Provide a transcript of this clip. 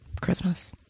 Christmas